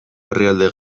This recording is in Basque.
herrialde